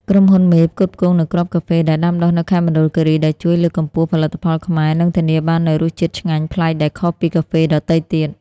ក្រុមហ៊ុនមេផ្គត់ផ្គង់នូវគ្រាប់កាហ្វេដែលដាំដុះនៅខេត្តមណ្ឌលគិរី ដែលជួយលើកកម្ពស់ផលិតផលខ្មែរ និងធានាបាននូវរសជាតិឆ្ងាញ់ប្លែកដែលខុសពីកាហ្វេដទៃទៀត។